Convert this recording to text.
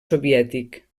soviètic